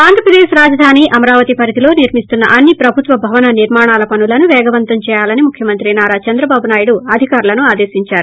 ఆంధ్రప్రదేక్ రాజధాని అమరావతి పరిధిలో నిర్మిస్తున్స అన్సి ప్రభుత్వ భవన నిర్మాణాల పనులను వేగవంతం చేయాలని ముఖ్యమంత్రి నారా చంద్రబాబునాయుడు అధికారులను ఆదేశించారు